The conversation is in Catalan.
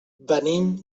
venim